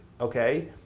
okay